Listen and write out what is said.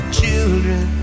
children